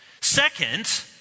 Second